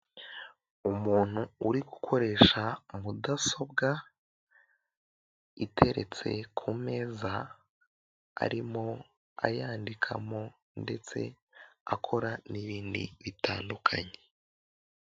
Umuntu uri gukoresha mudasobwa, iteretse ku meza, arimo ayandikamo ndetse akora n'ibindi bitandukanye.